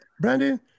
Brandon